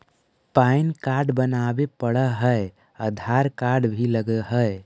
Pan card बनावे पडय है आधार कार्ड भी लगहै?